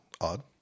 odd